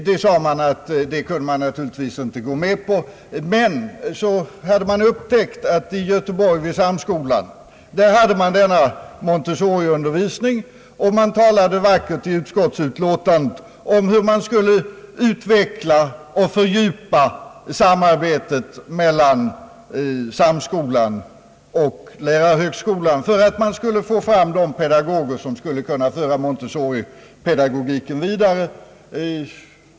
Man sade då att det kunde man naturligtvis inte gå med på. Men så hade man upptäckt att det i Göteborg vid Samskolan bedrevs Montessoriundervisning, och man talade vackert i utskottsutlåtandet om hur man skulle utveckla och fördjupa samarbetet mellan Samskolan och lärarhögskolan för att få fram de pedagoger som skulle kunna föra Montessoripedagogiken vidare.